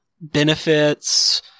benefits